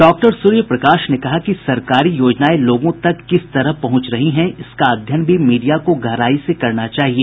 डॉ सूर्य प्रकाश ने कहा कि सरकारी योजनाएं लोगों तक किस तरह पहुंच रही हैं इसका अध्ययन भी मीडिया को गहराई से करना चाहिए